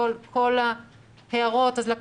צריך לקחת את כל ההערות בפרופורציות.